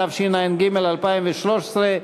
התשע"ג 2013,